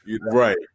right